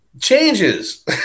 changes